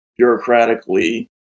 bureaucratically